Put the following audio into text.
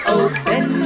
open